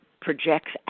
projects